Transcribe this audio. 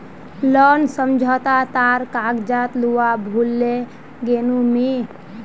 loan समझोता तार कागजात लूवा भूल ले गेनु मि